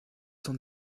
cent